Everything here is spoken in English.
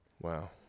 Wow